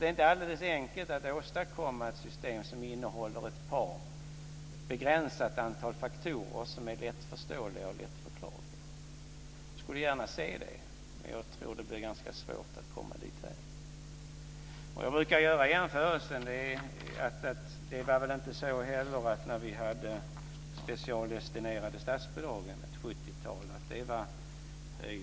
Det är inte alldeles enkelt att åstadkomma ett system som innehåller ett begränsat antal faktorer som är lättförståeliga och lättförklarliga. Jag skulle gärna se det, men jag tror att det blir ganska svårt att komma dithän. Jag brukar göra en jämförelse. Det var väl inte heller höjden av klarhet när vi hade ett 70-tal specialdestinerade statsbidrag.